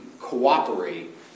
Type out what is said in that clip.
cooperate